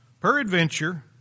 Peradventure